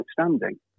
outstanding